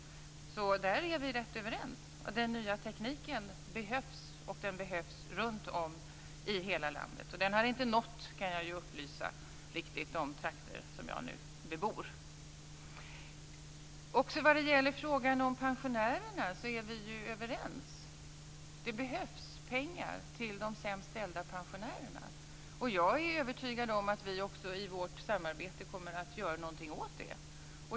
Där är vi rätt överens. Den nya tekniken behövs, och den behövs runtom i hela landet. Den har inte riktigt nått, kan jag upplysa om, de trakter jag nu bebor. Också vad det gäller frågan om pensionärerna är vi överens. Det behövs pengar till de sämst ställda pensionärerna. Jag är också övertygad om att vi i vårt samarbete kommer att göra någonting åt det.